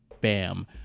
bam